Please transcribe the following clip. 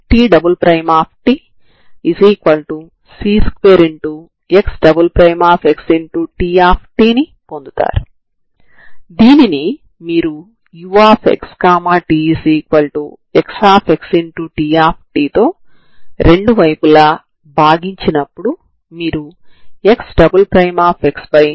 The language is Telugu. కాబట్టి నేను ప్రారంభ మరియు సరిహద్దు విలువలు కలిగిన నాన్ హోమోజీనియస్ సమస్యను రెండుగా విభజించాను సరేనా